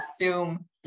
assume